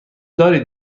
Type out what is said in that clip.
دارید